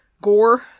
gore